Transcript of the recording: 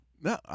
no